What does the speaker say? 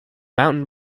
mountain